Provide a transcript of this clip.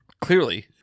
clearly